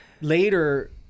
later